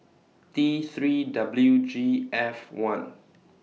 T three W G F one